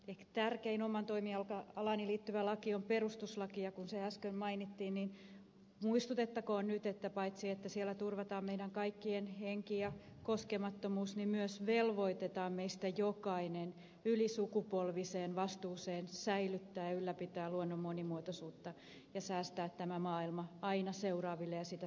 ehkä tärkein omaan toimialaani liittyvä laki on perustuslaki ja kun se äsken mainittiin niin muistutettakoon nyt että paitsi että siellä turvataan meidän kaikkien henki ja koskemattomuus niin myös velvoitetaan meistä jokainen ylisukupolviseen vastuuseen säilyttää ja ylläpitää luonnon monimuotoisuutta ja säästää tämä maailma aina seuraaville ja sitä seuraavillekin sukupolville